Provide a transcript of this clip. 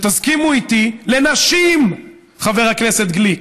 תסכימו איתי, לנשים, חבר הכנסת גליק,